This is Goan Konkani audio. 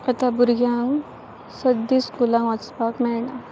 आतां भुरग्यांक सद्दीं स्कुलांक वाचपाक मेळना